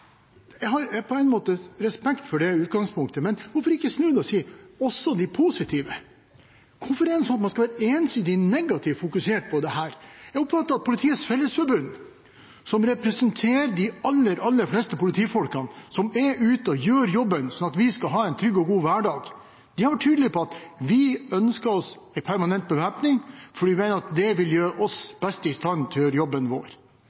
Jeg har på en måte respekt for det utgangspunktet, men hvorfor ikke snu det og si «også de positive»? Hvorfor er det slik at man skal være ensidig negativt fokusert på dette? Jeg oppfatter at Politiets fellesforbund, som representerer de aller fleste politifolkene som er ute og gjør jobben, slik at vi skal ha en trygg og god hverdag, har vært tydelige på at de ønsker permanent bevæpning fordi de mener at det vil gjøre dem best i stand til å gjøre jobben